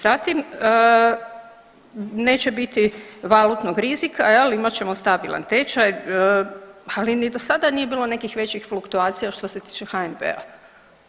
Zatim neće biti valutnog rizika, jel' imat ćemo stabilan tečaj ali ni do sada nije bilo nekih većih fluktuacija što se tiče HNB-a.